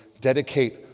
dedicate